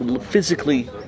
physically